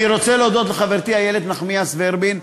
אני רוצה להודות לחברתי איילת נחמיאס ורבין,